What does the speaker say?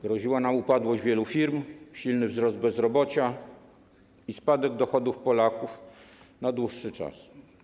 Groziła nam upadłość wielu firm, silny wzrost bezrobocia i spadek dochodów Polaków na dłuższy czas.